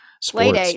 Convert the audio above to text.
sports